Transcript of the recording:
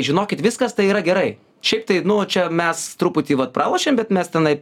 žinokit viskas tai yra gerai šiaip tai nu čia mes truputį vat pralošėm bet mes tenai